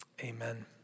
Amen